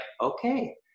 okay